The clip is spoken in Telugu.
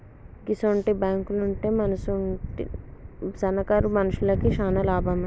గిసుంటి బాంకులుంటే మనసుంటి సన్నకారు మనుషులకు శాన లాభమే